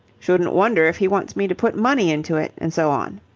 shouldn't wonder if he wants me to put money into it and so on.